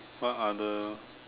what other